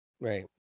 Right